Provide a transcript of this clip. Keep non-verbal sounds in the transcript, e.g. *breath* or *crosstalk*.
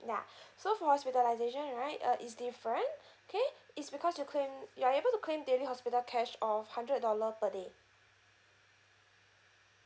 ya *breath* so for hospitalization right uh is different K it's because you claim you're able to claim daily hospital cash of hundred dollar per day